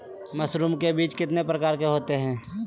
Mushroom का बीज कितने प्रकार के होते है?